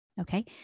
Okay